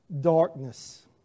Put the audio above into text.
darkness